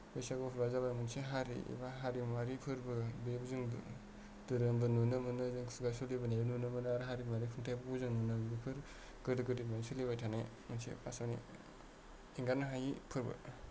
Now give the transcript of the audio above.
बैसागुफ्रा जाबाय मोनसे हारि एबा हारिमुआरि फोरबो बेयाव जों धोरोम बो नुनो मोनो जों खुगा सोलिबोनाय नुनो मोनो आरो हारिमुआरि खुंथायफोरखौबो जों नुनो मोनो बेफोर गोदो गोदायनिफ्रायनो सोलिबोबाय थानाय इसे आसारनि एंगारनो हायै फोरबो